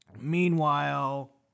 Meanwhile